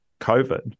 COVID